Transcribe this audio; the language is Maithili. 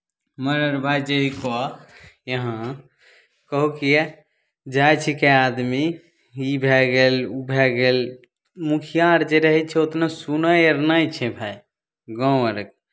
हमर अर जे भाय ई कह कि यहाँ कहो किए जाइ छिकै आदमी ई भए गेल ओ भए गेल मुखिया अर जे रहै छै उतना सुनै अर नहि छै भाय गाँव अरमे